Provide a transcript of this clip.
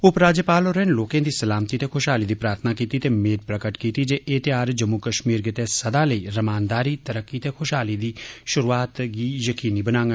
उपराज्यपाल होरें लोके दी सलामती ते खुशहाली दी प्रार्थना कौती ते मेद प्रगट कीती जे एह ध्यार जम्मू कश्मीर तेई सदा लेई रमानदारी तरक्की ते खुशहाली दी शुरूआत बनिए औंडन